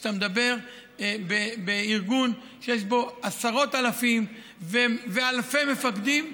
כשאתה מדבר בארגון שיש בו עשרות אלפים ואלפי מפקדים,